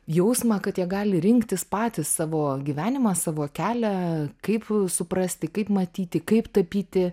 jausmą kad jie gali rinktis patys savo gyvenimą savo kelią kaip suprasti kaip matyti kaip tapyti